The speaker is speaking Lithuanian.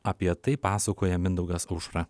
apie tai pasakoja mindaugas aušra